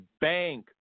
bank